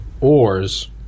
ores